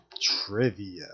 Trivia